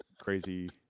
crazy